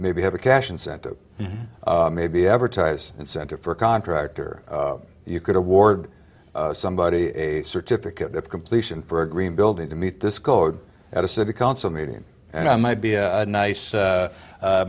maybe have a cash incentive maybe advertise incentive for a contractor you could award somebody a certificate of completion for a green building to meet this code at a city council meeting and i might be a nice